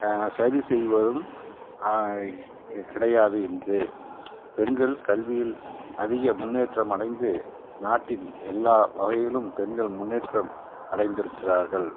சதி செய்வதும் கிடையாது இன்று பெண்கள் கல்வியில் அதிக முன்னேற்றம் அடைந்து நாட்டின் எல்லா வகையிலும் பெண்கள் முன்னேற்றம் அடைந்திருக்கிறார்கள்